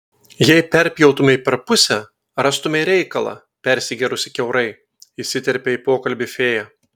jei perpjautumei per pusę rastumei reikalą persigėrusį kiaurai įsiterpia į pokalbį fėja